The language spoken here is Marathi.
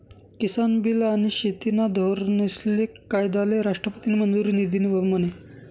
किसान बील आनी शेतीना धोरनेस्ले कायदाले राष्ट्रपतीनी मंजुरी दिधी म्हने?